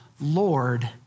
Lord